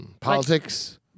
Politics